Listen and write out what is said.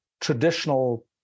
traditional